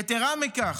יתרה מכך,